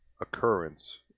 occurrence